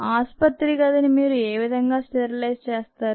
ఆసుపత్రి గదిని మీరు ఏవిధంగా స్టెరిలైజ్ చేస్తారు